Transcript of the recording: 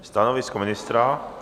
Stanovisko ministra?